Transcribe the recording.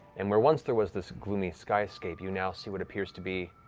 and where once there was this gloomy skyscape, you now see what appears to be